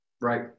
Right